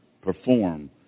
perform